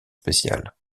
spéciales